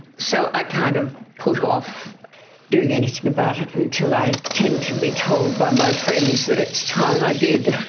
so i kind of put off doing anything about it until i tend to be told by my friends that it's time i did.